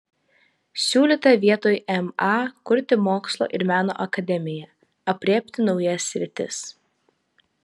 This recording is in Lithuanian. siūlyta vietoj ma kurti mokslo ir meno akademiją aprėpti naujas sritis